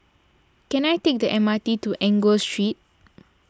can I take the M R T to Enggor Street